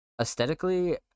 Aesthetically